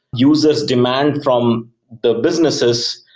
users demand from the businesses,